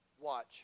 Watch